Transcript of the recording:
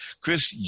Chris